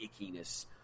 ickiness